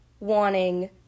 Wanting